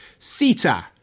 CETA